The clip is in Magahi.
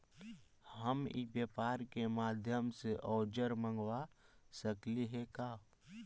हम ई व्यापार के माध्यम से औजर मँगवा सकली हे का?